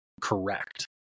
correct